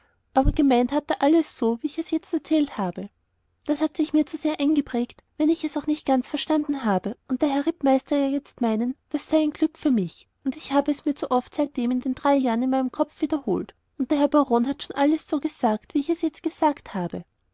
aber gemeint hat er alles so wie ich es jetzt erzählt habe das hat sich mir zu sehr eingeprägt wenn ich es auch nicht ganz verstanden habe und der herr rittmeister ja jetzt meinen das sei ein glück für mich und ich habe es mir zu oft seitdem in den drei jahren in meinem kopf wiederholt und der herr baron hat schon das alles so gesagt wie ich es jetzt gesagt habe